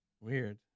Weird